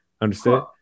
Understood